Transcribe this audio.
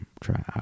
try